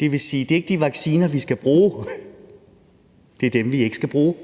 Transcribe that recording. Det vil sige, at det ikke er de vacciner, som vi skal bruge; det er dem, vi ikke skal bruge.